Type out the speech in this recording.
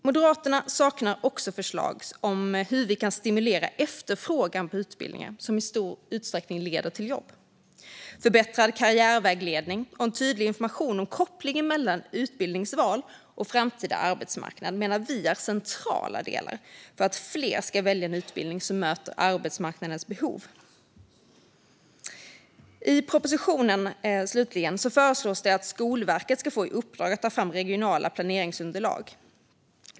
Moderaterna saknar också förslag om hur vi kan stimulera efterfrågan på utbildningar som i stor utsträckning leder till jobb. Förbättrad karriärvägledning och en tydlig information om kopplingen mellan utbildningsval och framtida arbetsmarknad är, menar Moderaterna, centrala delar för att fler ska välja en utbildning som möter arbetsmarknadens behov. I propositionen föreslås det att Skolverket ska få i uppdrag att ta fram regionala planeringsunderlag.